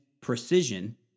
precision